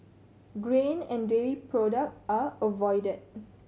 grain and dairy product are avoided